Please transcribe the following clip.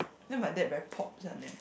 then my dad very pops one leh